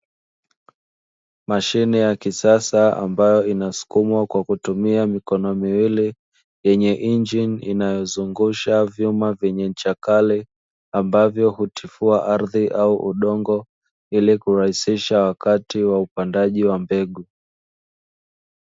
Mashine ya kisasa ambayo inasukumwa kwa kutumia mikono miwili, yenye injini inayozungusha vyuma vyenye mcha kali ambavyo hutifua ardhi au udongo, ili kurahisisha wakati wa upandaji wa mbegu.